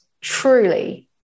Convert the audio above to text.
truly